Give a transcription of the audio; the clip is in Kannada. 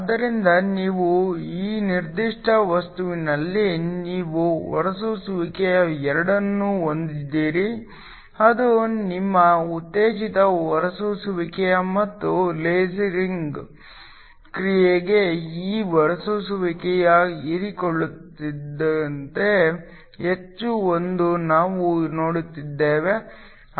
ಆದ್ದರಿಂದ ಈ ನಿರ್ದಿಷ್ಟ ವಸ್ತುವಿನಲ್ಲಿ ನೀವು ಹೊರಸೂಸುವಿಕೆ ಎರಡನ್ನೂ ಹೊಂದಿದ್ದೀರಿ ಅದು ನಿಮ್ಮ ಉತ್ತೇಜಿತ ಹೊರಸೂಸುವಿಕೆ ಮತ್ತು ಲೇಸಿಂಗ್ ಕ್ರಿಯೆಗೆ ಈ ಹೊರಸೂಸುವಿಕೆಯು ಹೀರಿಕೊಳ್ಳುವುದಕ್ಕಿಂತ ಹೆಚ್ಚು ಎಂದು ನಾವು ನೋಡಿದ್ದೇವೆ